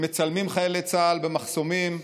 הם מצלמים חיילי צה"ל במחסומים,